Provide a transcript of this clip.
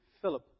Philip